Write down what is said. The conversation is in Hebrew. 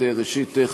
ראשית,